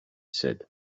said